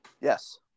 Yes